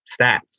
stats